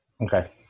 Okay